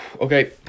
Okay